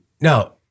Now